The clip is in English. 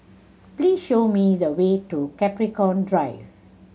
please show me the way to Capricorn Drive